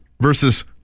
versus